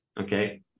Okay